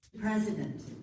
President